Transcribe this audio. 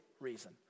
reason